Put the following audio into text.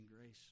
grace